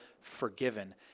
forgiven